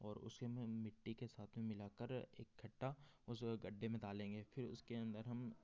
और उसीमें मिट्टी के साथ में मिलाकर इकट्ठा उस गड्ढे़े में डालेंगे फिर उसके अंदर हम